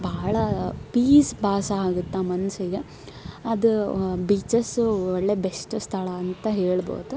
ಭಾಳ ಪೀಸ್ ಭಾಸ ಆಗುತ್ತೆ ಮನಸ್ಸಿಗೆ ಅದು ಬೀಚಸ್ ಒಳ್ಳೆಯ ಬೆಸ್ಟ್ ಸ್ಥಳ ಅಂತ ಹೇಳ್ಬೋದು